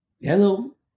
Hello